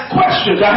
questions